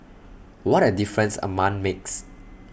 what A difference A month makes